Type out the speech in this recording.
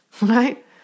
Right